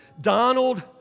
Donald